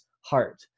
heart